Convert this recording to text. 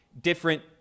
different